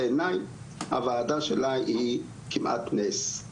בעיני הוועדה שלה היא כמעט נס,